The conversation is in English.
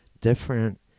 different